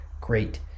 great